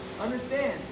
Understand